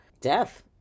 death